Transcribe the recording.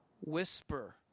whisper